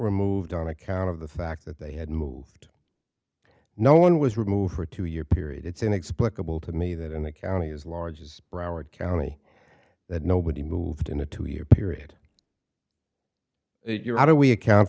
removed on account of the fact that they had moved no one was removed for two year period it's inexplicable to me that in the county as large as broward county that nobody moved in a two year period your how do we account